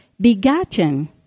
begotten